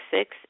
six